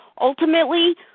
Ultimately